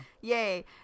yay